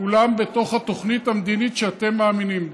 כולם בתוך התוכנית המדינית שאתם מאמינים בה.